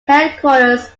headquarters